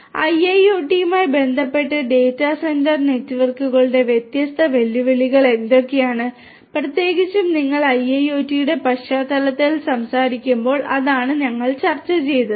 ഐഐഒടിയുമായി ബന്ധപ്പെട്ട് data centre നെറ്റ്വർക്കുകളുടെ വ്യത്യസ്ത വെല്ലുവിളികൾ എന്തൊക്കെയാണ് പ്രത്യേകിച്ചും നിങ്ങൾ ഐഐഒടിയുടെ പശ്ചാത്തലത്തിൽ സംസാരിക്കുമ്പോൾ അതാണ് ഞങ്ങൾ ചർച്ച ചെയ്തത്